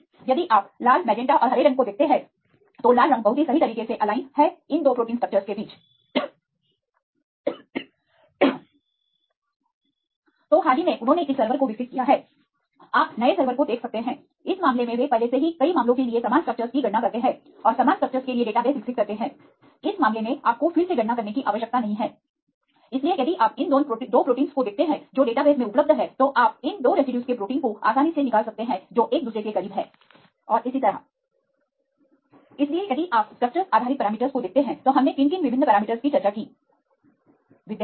यदि आप लाल मैजेंटा और हरे रंग को देखते हैं तो लाल रंग बहुत ही सही तरीके से एलाइन है इन 2 प्रोटीन स्ट्रक्चर्स के बीच तो हाल ही में उन्होंने इस सर्वर को विकसित किया हैं आप नए सर्वर को देख सकते हैं इस मामले में वे पहले से ही कई मामलों के लिए समान स्ट्रक्चर्स की गणना करते हैं और समान स्ट्रक्चर्स के लिए डेटाबेस विकसित करते हैं इस मामले में आपको फिर से गणना करने की आवश्यकता नहीं है इसलिए यदि आप इन 2 प्रोटीनों को देखते हैं जो डेटाबेस में उपलब्ध हैं तो आप इन 2 रेसिड्यूज के प्रोटीन को आसानी से निकाल सकते हैं जो एक दूसरे के करीब हैं और इसी तरह इसलिए यदि आप स्ट्रक्चर्स आधारित पैरामीटरस को देखते हैं तो हमने किन विभिन्न पैरामीटरस पर चर्चा की है